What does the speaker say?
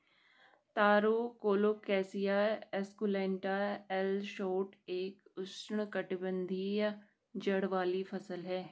तारो colocasia esculenta L Schott एक उष्णकटिबंधीय जड़ वाली फसल है